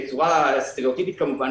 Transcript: בצורה סטריאוטיפית כמובן,